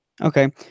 Okay